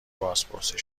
بازپرسی